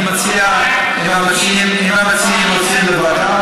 אם המציעים רוצים ועדה,